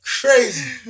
Crazy